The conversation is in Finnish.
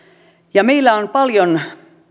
ja meillä on paljon